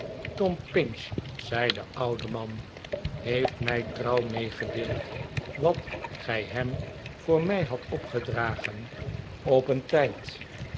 tom pinch zei de oude man heeft mij trouw meegedeeld wat gij hem voor mij hadt opgedragen op een tijd